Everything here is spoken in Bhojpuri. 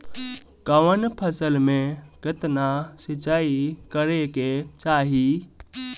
कवन फसल में केतना सिंचाई करेके चाही?